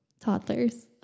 toddlers